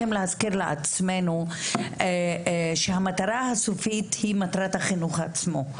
להזכיר לעצמנו שהמטרה הסופית היא מטרת החינוך עצמו.